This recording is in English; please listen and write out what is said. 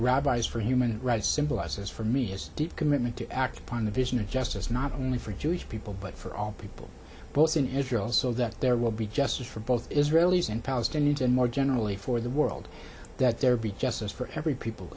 rabbis for human rights symbolizes for me is the commitment to act upon the vision of just as not only for jewish people but for all people both in israel so that there will be justice for both israelis and palestinians and more generally for the world that there be justice for every people